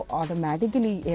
automatically